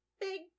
Big